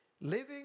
living